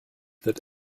that